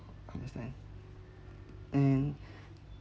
understand mm